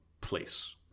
place